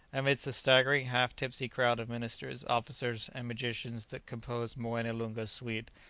amidst the staggering, half-tipsy crowd of ministers, officers, and magicians that composed moene loonga's suite,